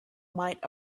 might